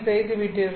செய்துவிட்டீர்கள்